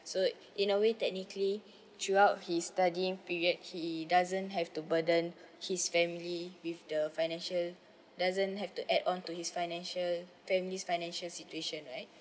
so in a way technically throughout his studying period he doesn't have to burden his family with the financial doesn't have to add on to his financial families financial situation right